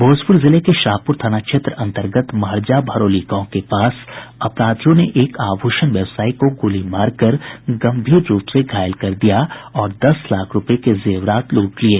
भोजपुर जिले के शाहपुर थाना क्षेत्र अन्तर्गत महरजा भरौली गांव के पास अपराधियों ने एक आभूषण व्यवसायी को गोली मारकर गम्भीर रूप से घायल कर दिया और दस लाख रूपये के जेवरात लूट लिये